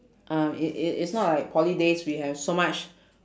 uh it it it's not like poly days we have so much